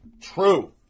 true